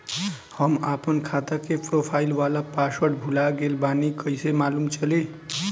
हम आपन खाता के प्रोफाइल वाला पासवर्ड भुला गेल बानी कइसे मालूम चली?